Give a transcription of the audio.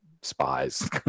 spies